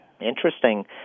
Interesting